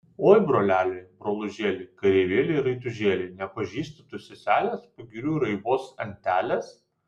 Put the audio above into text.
oi broleli brolužėli kareivėli raitužėli nepažįsti tu seselės pagirių raibos antelės